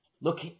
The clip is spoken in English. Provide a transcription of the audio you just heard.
Look